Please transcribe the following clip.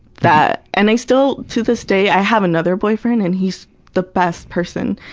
that and i still, to this day i have another boyfriend and he's the best person.